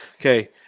Okay